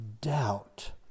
doubt